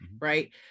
right